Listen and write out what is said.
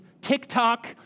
TikTok